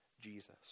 Jesus